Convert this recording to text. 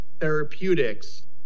therapeutics